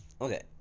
Okay